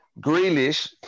Grealish